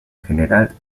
general